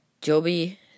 Joby